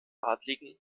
adligen